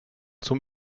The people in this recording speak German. zum